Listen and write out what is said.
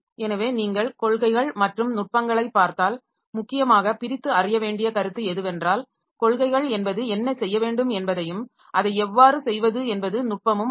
எனவே நீங்கள் காெள்கைகள் மற்றும் நுட்பங்களை பார்த்தால் முக்கியமாக பிரித்து அறிய வேண்டிய கருத்து எதுவென்றால் காெள்கைகள் என்பது என்ன செய்ய வேண்டும் என்பதையும் அதை எவ்வாறு செய்வது என்பது நுட்பமும் ஆகும்